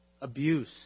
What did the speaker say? abuse